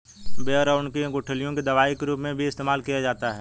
बेर और उसकी गुठलियों का दवाई के रूप में भी इस्तेमाल किया जाता है